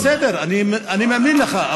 בסדר, אני מאמין לך.